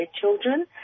children